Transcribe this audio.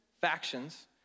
factions